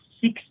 six